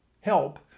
help